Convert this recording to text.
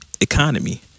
economy